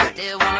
do